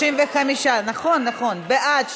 35. בעד,